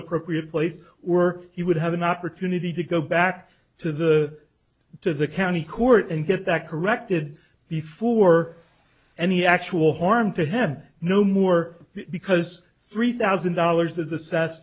appropriate place were he would have an opportunity to go back to the to the county court and get that corrected before any actual harm to have no more because three thousand dollars is a